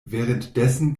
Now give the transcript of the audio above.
währenddessen